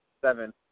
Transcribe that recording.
Seven